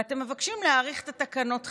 ואתם מבקשים להאריך את תקנות החירום,